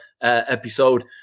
episode